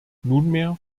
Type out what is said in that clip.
nunmehr